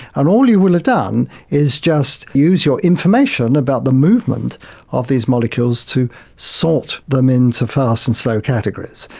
and all you will have done is just use your information about the movement of these molecules to sort them into fast and slow categories.